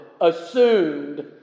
assumed